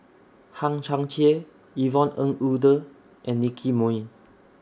Hang Chang Chieh Yvonne Ng Uhde and Nicky Moey